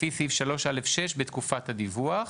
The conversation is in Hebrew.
לפי סעיף 3(א)(6) בתקופת הדיווח.